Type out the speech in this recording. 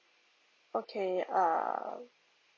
okay err